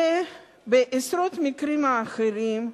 ובעשרות מקרים אחרים,